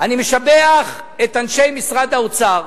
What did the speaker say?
אני משבח את אנשי משרד האוצר,